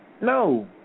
No